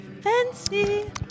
fancy